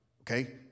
Okay